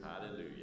hallelujah